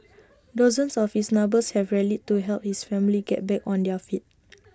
dozens of his neighbours have rallied to help his family get back on their feet